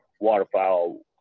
waterfowl